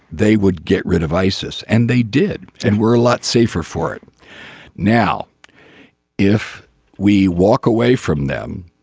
they would get rid of isis and they did and we're a lot safer for it now if we walk away from them